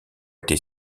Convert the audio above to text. été